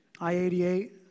I-88